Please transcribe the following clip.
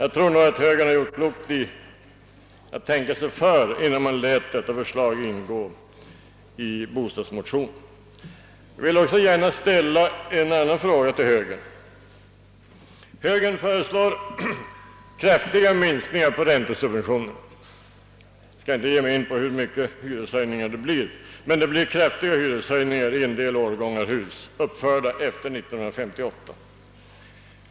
Jag tror nog att högern hade gjort klokt i att tänka sig för innan den lät detta förslag ingå i bostadsmotionen. Jag vill också gärna ställa en annan fråga till högern. Högern föreslår kraftiga minskningar av räntesubventioner — jag skall inte ta upp frågan hur stora hyreshöjningarna blir, men de blir kraftiga i en del hus uppförda efter 1958.